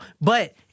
but-